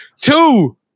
two